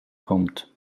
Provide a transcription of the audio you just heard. kommt